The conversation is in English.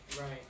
Right